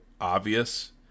obvious